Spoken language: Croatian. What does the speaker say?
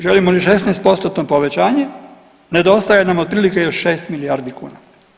Želimo li 16%-tno povećanje nedostaje nam otprilike još 6 milijardi kuna.